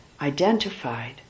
identified